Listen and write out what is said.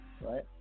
right